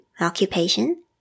Occupation